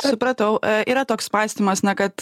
supratau yra toks mąstymas na kad